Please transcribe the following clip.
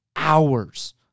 hours